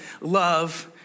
love